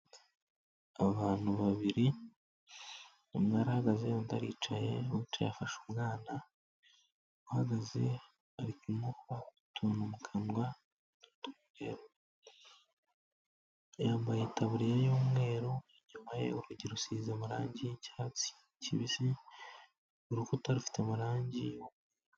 Abantu babiri, umwe arahagaze undi aricaye. Uwicaye afashe umwana, uhagaze ari kumuha utuntu mu kanwa. Yambaye itaburiya y'umweru, inyuma ye urugi rusize amarangi y'icyatsi kibisi. Urukuta rufite amarangi.